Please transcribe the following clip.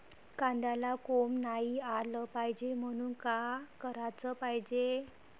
कांद्याला कोंब नाई आलं पायजे म्हनून का कराच पायजे?